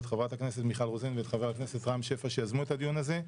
את חברת הכנסת רוזין וחבר הכנסת שפע שיזמו את הדיון הזה.